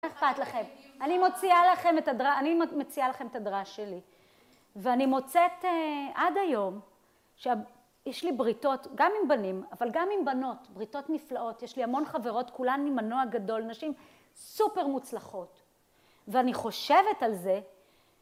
אני מציעה לכם את הדרש שלי, ואני מוצאת עד היום שיש לי בריתות, גם עם בנים, אבל גם עם בנות, בריתות נפלאות, יש לי המון חברות, כולן ממנוע גדול, נשים סופר מוצלחות, ואני חושבת על זה